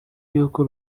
y’uko